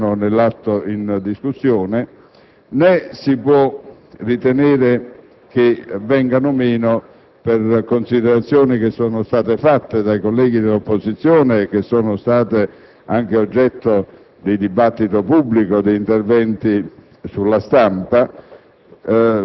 Credo che queste condizioni vi siano nell'atto in discussione, né si può ritenere che vengano meno per le considerazioni che sono state fatte dai colleghi dell'opposizione e che sono state anche oggetto di dibattito pubblico, di interventi